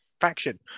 faction